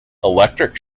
electric